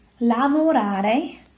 lavorare